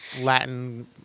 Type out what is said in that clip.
Latin